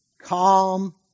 calm